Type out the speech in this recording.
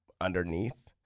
underneath